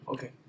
Okay